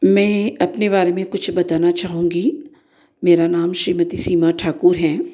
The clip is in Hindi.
मैं अपने बारे में कुछ बताना चाहूंगी मेरा नाम श्रीमति सीमा ठाकुर है